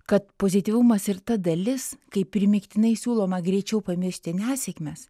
kad pozityvumas ir ta dalis kai primygtinai siūloma greičiau pamiršti nesėkmes